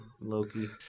Loki